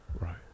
Right